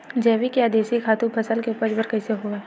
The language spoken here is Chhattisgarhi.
जैविक या देशी खातु फसल के उपज बर कइसे होहय?